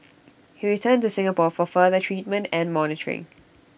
he returned to Singapore for further treatment and monitoring